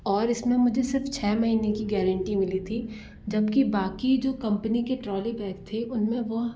और इसमें मुझे सिर्फ़ छः महीने की गारेंटी मिली थी जब कि बाक़ी जो कंपनी के ट्रॉली बैग थे उनमें वह